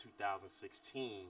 2016